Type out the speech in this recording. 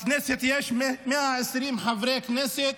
בכנסת יש 120 חברי הכנסת,